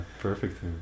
perfect